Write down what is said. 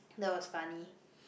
that was funny